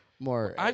More